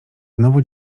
znowu